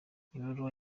ibaruwa